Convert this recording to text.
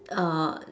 err